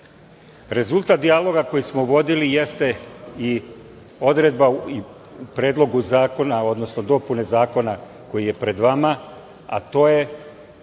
proces. Rezultat dijaloga koji smo vodili jeste i odredba u Predlogu zakona, odnosno dopune zakona koji je pred vama, a to je